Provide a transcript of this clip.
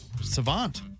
Savant